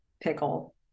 pickle